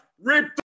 Rip